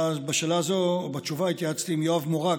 בתשובה על השאלה הזאת התייעצתי עם יואב מורג,